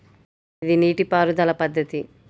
ఇది నీటిపారుదల పద్ధతి